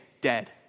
dead